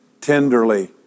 tenderly